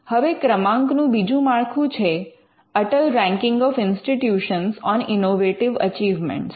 હવે ક્રમાંકનું બીજું માળખું છે Atal ranking of institutes on innovation achievements